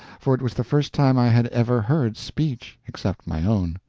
for it was the first time i had ever heard speech, except my own.